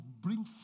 bring